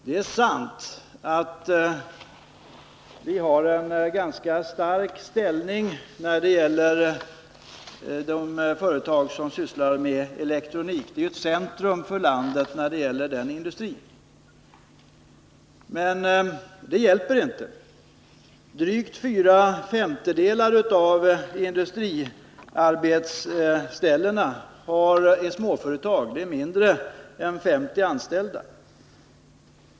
Det är sant att vi har en ganska stark ställning när det gäller de företag som sysslar med elektronik. Stockholm är ju ett centrum för landet i fråga om den industrin. Men det hjälper inte. Drygt fyra femtedelar av industriarbetsställena är småföretag, dvs. företag med mindre än 50 anställda.